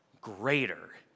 greater